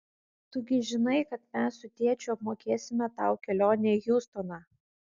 tu gi žinai kad mes su tėčiu apmokėsime tau kelionę į hjustoną